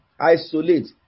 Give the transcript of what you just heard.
isolate